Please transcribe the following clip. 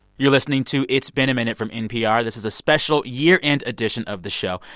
you're listening to it's been a minute from npr. this is a special year-end edition of the show.